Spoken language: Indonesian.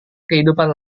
kehidupan